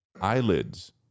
eyelids